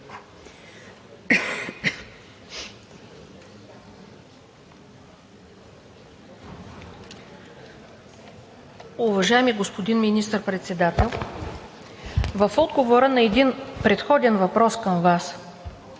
Уважаеми господин Министър-председател! В отговора на един предходен въпрос към Вас